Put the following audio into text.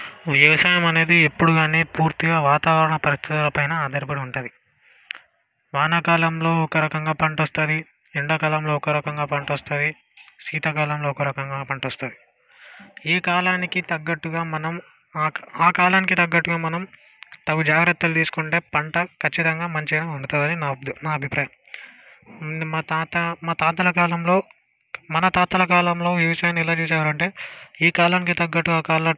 వ్యవసాయం అనేది ఎప్పుడు కానీ పూర్తిగా వాతావరణ పరిస్థితుల పైన ఆధారపడి ఉంటుంది వానాకాలంలో ఒక రకంగా పంట వస్తుంది ఎండాకాలంలో ఒక రకంగా పంట వస్తుంది శీతాకాలంలో ఒక రకంగా పంట వస్తుంది ఈ కాలానికి తగ్గట్టుగా మనం ఆ కాలానికి తగ్గట్టుగా మనం తగు జాగ్రత్తలు తీసుకుంటే పంట ఖచ్చితంగా మంచిగా ఉంటుంది అని నా నా అభిప్రాయం మా తాత మా తాతల కాలంలో మన తాతల కాలంలో వ్యవసాయాన్ని ఎలా చేసేవారు అంటే ఏ కాలానికి తగ్గట్టు ఆ కాలాన్ని